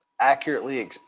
accurately